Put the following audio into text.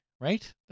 Right